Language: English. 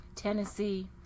Tennessee